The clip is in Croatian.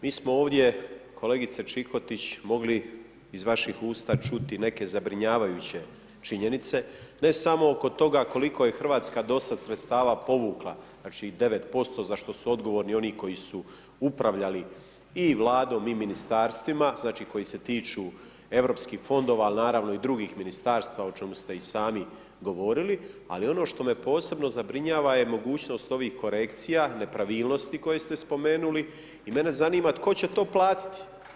Mi smo ovdje, kolegice Čikotić mogli iz vaših usta čuti neke zabrinjavajuće činjenice ne samo oko toga koliko je Hrvatska do sad sredstava povukla, znači 9% za što su odgovorni oni koji su upravljali i Vladom i ministarstvima, znači koji se tiču EU fondova ali naravno i drugih ministarstava o čemu ste i sami govorili ali ono što me posebno zabrinjava je mogućnost ovih korekcija, nepravilnosti koje ste spomenuli i mene zanima tko će to platiti.